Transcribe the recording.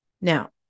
Now